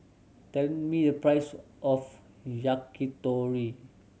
tell me the price of Yakitori